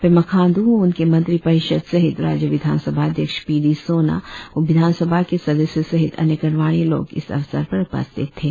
पेमा खांडू व उनके मंत्री परिषद सहित राज्य विधान सभा अध्यक्ष पी डी सोना व विधान सभा के सदस्यों सहित अन्य गणमान्य लोग इस अवसर पर उपस्थित थे